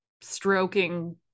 stroking